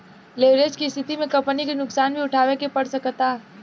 leverage के स्थिति में कंपनी के नुकसान भी उठावे के पड़ सकता